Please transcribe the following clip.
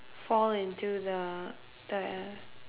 fall into the the